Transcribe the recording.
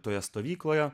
toje stovykloje